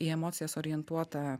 į emocijas orientuotą